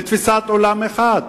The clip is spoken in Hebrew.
לתפיסת עולם אחת.